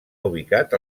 ubicat